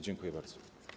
Dziękuję bardzo.